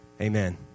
Amen